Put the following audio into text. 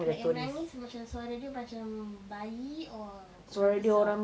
yang menangis macam suara dia macam bayi or orang besar